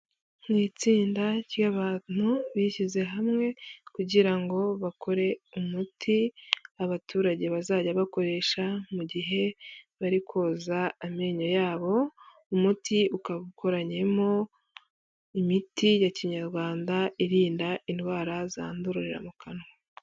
Mu itsinda ry'abantu bishyize hamwe kugira ngo bakore umuti abaturage bazajya bakoresha mu gihe bari koza amenyo yabo, umuti ukaba ukoranyemo imiti ya kinyarwanda irinda indwara zandurira mu kanwa.